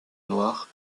noire